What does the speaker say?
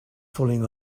falling